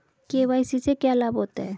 KYC से क्या लाभ होता है?